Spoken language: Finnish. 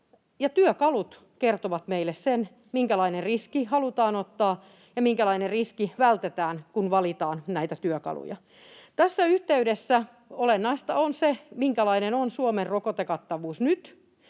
työkalut kertovat meille sen, minkälainen riski halutaan ottaa ja minkälainen riski vältetään, kun valitaan näitä työkaluja. Tässä yhteydessä olennaista on se, minkälainen on Suomen rokotekattavuus nyt